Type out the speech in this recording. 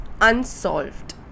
unsolved